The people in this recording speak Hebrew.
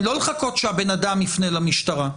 לא לחכות שהבן אדם יפנה למשטרה.